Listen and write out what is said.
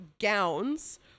gowns